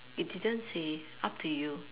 it didn't say up to you